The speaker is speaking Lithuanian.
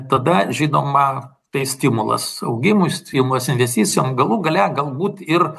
tada žinoma tai stimulas augimui stimulas investicijom galų gale galbūt ir